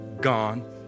gone